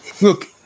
look